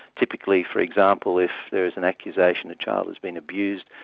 typically, for example, if there's an accusation a child has been abused,